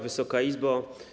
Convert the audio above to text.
Wysoka Izbo!